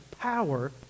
power